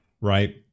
right